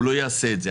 הוא לא יעשה את זה.